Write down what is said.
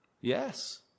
Yes